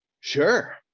sure